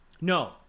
No